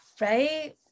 Right